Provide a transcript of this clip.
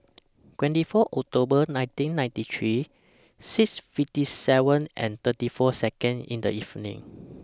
twenty four October nineteen ninetyt three six fifty seven and thirty four Second in The evening